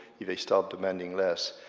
if they start demanding less,